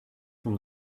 from